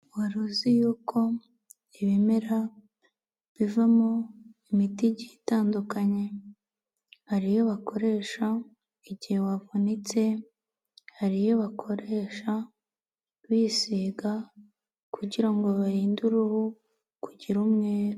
Wari uzi y'uko ibimera bivamo imiti igiye itandukanye? Hari iyo bakoresha igihe wavunitse, hari iyo bakoresha bisiga kugira ngo barinde uruhu kugira umwera.